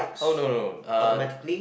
oh no no no uh